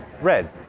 Red